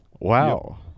Wow